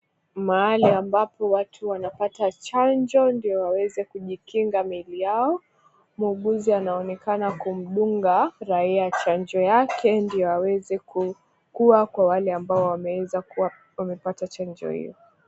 Mahali ambapo watu wanapata chanjo ndio waweze kujikinga miili yao. Muuguzi anaonekana kumdunga raia chanjo yake ndio aweze kukuwa kwa wale ambao wameweza kuwa wamepata chanjo hio.